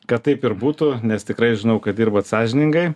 kad taip ir būtų nes tikrai žinau kad dirbat sąžiningai